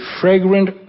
fragrant